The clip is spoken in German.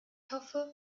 hoffe